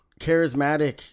charismatic